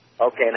Okay